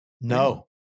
No